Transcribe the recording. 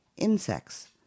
Insects